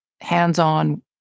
hands-on